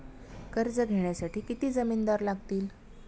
कर्ज घेण्यासाठी किती जामिनदार लागतील?